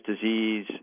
disease